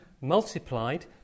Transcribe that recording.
multiplied